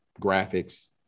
graphics